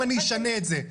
אם אני אשנה את זה,